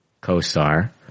co-star